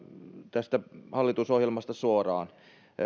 tästä hallitusohjelmasta suoraan